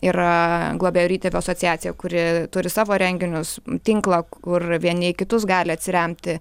yra globėjo ir įtėvio asociacija kuri turi savo renginius tinklą kur vieni į kitus gali atsiremti